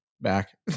back